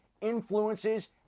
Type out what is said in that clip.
influences